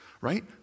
right